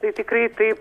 tai tikrai taip